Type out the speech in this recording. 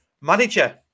manager